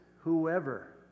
Whoever